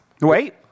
Wait